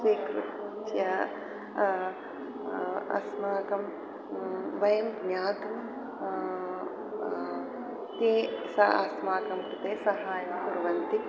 स्वीकृत्य अस्माकं वयं ज्ञातुं तैः सह अस्माकं कृते साहाय्यं कुर्वन्ति